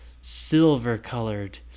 silver-colored